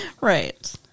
Right